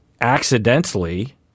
accidentally